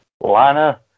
Lana